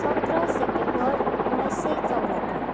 सत्र सेप्टेम्बर उन्नाइस सय चौरहत्तर